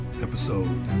episode